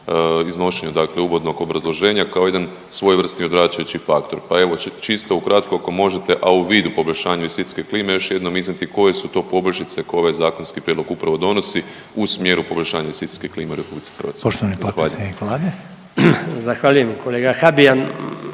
iznošenju dakle uvodnog obrazloženja kao jedan svojevrsni odvraćajući faktor. Pa evo, čisto ukratko ako možete, a u vidu poboljšanja investicijske klime još jednom iznijeti koje su to poboljšice koje ovaj zakonski prijedlog upravo donosi u smjeru poboljšanja investicijske klime u Republici Hrvatskoj. Zahvaljujem.